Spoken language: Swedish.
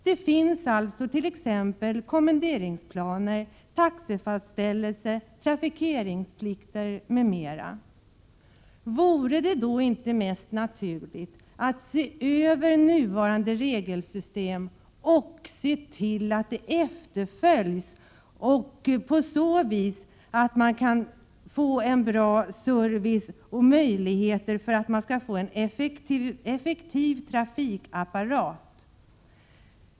Det finns alltså kommenderingsplaner, taxefastställelse, trafikeringsplikt m.m. Vore det då inte mest naturligt att granska nuvarande regelsystem och se till att det efterföljs, så att man kan ge bra service och möjligheter till en effektiv trafikapparat?